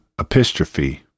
epistrophe